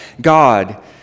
God